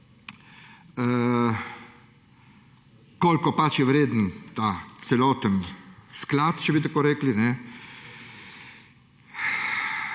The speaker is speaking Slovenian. kolikor je pač vreden ta celoten sklad, če bi tako rekli,